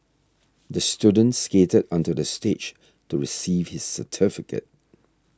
the student skated onto the stage to receive his certificate